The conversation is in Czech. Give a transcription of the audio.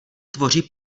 tvoří